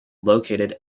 located